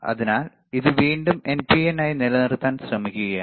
അതിനാൽ ഇത് വീണ്ടും എൻപിഎൻ ആയി നിലനിർത്താൻ ശ്രമിക്കുകയാണ്